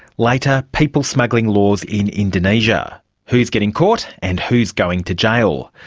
later, people smuggling laws in indonesia who's getting caught and who's going to jail?